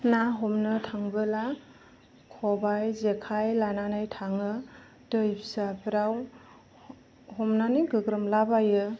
ना हमनो थांबोला खबाइ जेखाइ लानालै थाङो दै फिसाफोराव हमनानै गोग्रोमलाबायो